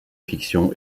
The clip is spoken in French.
fiction